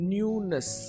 Newness